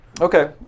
Okay